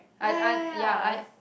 ya ya ya